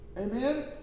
Amen